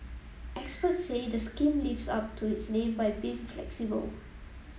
experts say the scheme lives up to its name by being flexible